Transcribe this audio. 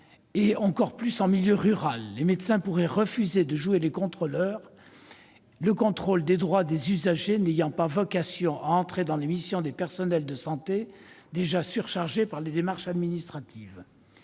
surtout en milieu rural. Les médecins pourraient refuser de jouer les contrôleurs, le contrôle des droits des usagers n'ayant pas vocation à entrer dans les missions des personnels de santé, déjà surchargés de démarches administratives.